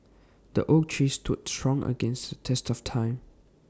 the oak tree stood strong against the test of time